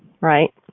right